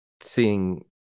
seeing